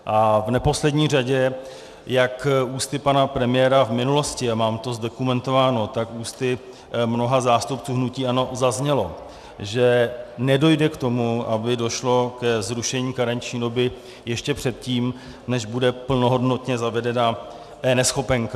A v neposlední řadě jak ústy pana premiéra v minulosti, a mám to zdokumentováno, tak ústy mnoha zástupců hnutí ANO zaznělo, že nedojde k tomu, aby došlo ke zrušení karenční doby ještě předtím, než bude plnohodnotně zavedena eNeschopenka.